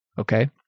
Okay